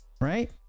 right